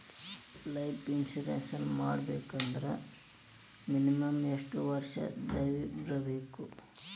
Life insurance ಮಾಡ್ಸ್ಬೇಕಂದ್ರ minimum ಯೆಷ್ಟ್ ವರ್ಷ ದವ್ರಿರ್ಬೇಕು?